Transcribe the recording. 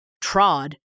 trod